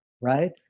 right